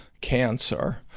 cancer